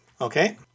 Okay